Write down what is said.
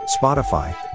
spotify